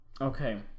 Okay